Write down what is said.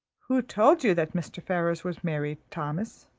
who told you that mr. ferrars was married, thomas?